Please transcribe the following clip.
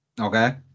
Okay